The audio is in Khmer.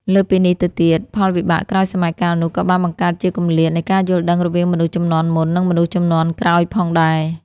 លើសពីនេះទៅទៀត ផលវិបាកក្រោយសម័យកាលនោះក៏បានបង្កើតជាគម្លាតនៃការយល់ដឹងរវាងមនុស្សជំនាន់មុន និងមនុស្សជំនាន់ក្រោយផងដែរ។